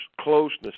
closeness